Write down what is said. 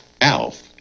Alf